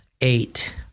eight